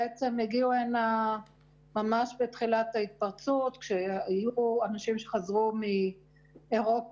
בעצם הגיעו הנה ממש בתחילת ההתפרצות שכשהיו אנשים שחזרו מאירופה,